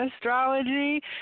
astrology